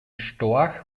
storch